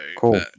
cool